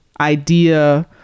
idea